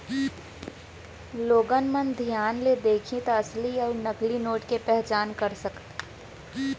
लोगन मन धियान ले देखही त असली अउ नकली नोट के पहचान कर सकथे